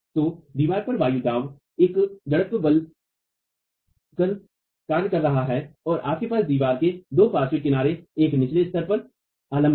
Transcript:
तो दीवार पर वायु दाव एवं जड़त्वीय बल कर कर रहा है और आपके पास दीवार के दो पार्श्विक किनायों एवं निचली सतह पर आलम्ब है